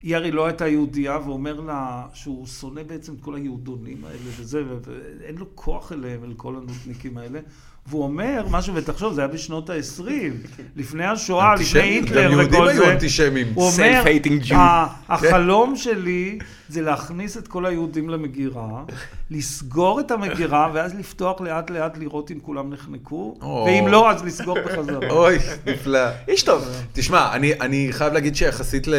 יארי לא הייתה יהודייה, ואומר לה שהוא שונא בעצם את כל היהודונים האלה וזה, ואין לו כוח אליהם, אל כל הנודניקים האלה. והוא אומר משהו, ותחשוב, זה היה בשנות ה-20. לפני השואה, לפני היטלר, לכל זה, הוא אומר, החלום שלי זה להכניס את כל היהודים למגירה, לסגור את המגירה, ואז לפתוח לאט-לאט לראות אם כולם נחנקו, ואם לא, אז לסגור בחזרה. אוי, נפלא. איש טוב. תשמע, אני חייב להגיד שיחסית ל...